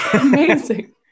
Amazing